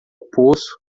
poço